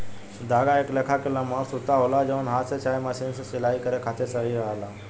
धागा एक लेखा के लमहर सूता होला जवन हाथ से चाहे मशीन से सिलाई करे खातिर सही रहेला